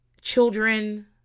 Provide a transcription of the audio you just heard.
children